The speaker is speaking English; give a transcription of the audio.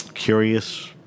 Curious